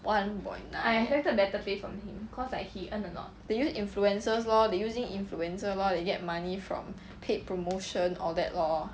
one point nine they use influencers lor they using influencer lor they get money from paid promotion all that lor